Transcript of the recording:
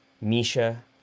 Misha